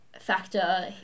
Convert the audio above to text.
factor